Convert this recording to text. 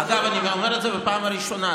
אגב, אני אומר את זה בפעם הראשונה.